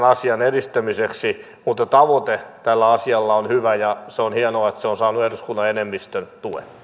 asian edistämiseksi mutta tavoite tällä asialla on hyvä ja on hienoa että se on saanut eduskunnan enemmistön